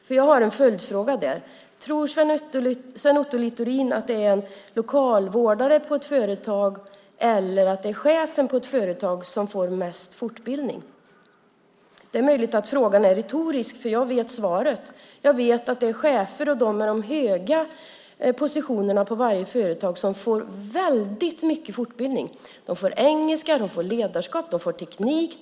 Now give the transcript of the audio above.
Där har jag en följdfråga: Tror Sven Otto Littorin att det är en lokalvårdare på ett företag eller att det är chefen på ett företag som får mest fortbildning? Det är möjligt att frågan är retorisk, för jag vet svaret. Jag vet att det är chefer och de som finns på höga positioner på varje företag som får väldigt mycket fortbildning. De får utbildning i engelska, ledarskap och teknik.